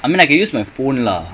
doing tamil part